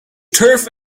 turf